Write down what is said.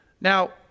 Now